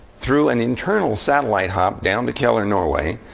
through an internal satellite hop down to kjeller, norway,